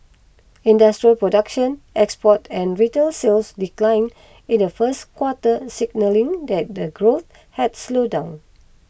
industrial production exports and retail sales declined in the first quarter signalling that the growth had slowed down